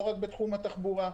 לא רק בתחום התחבורה.